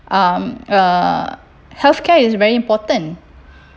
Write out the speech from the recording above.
um uh healthcare is very important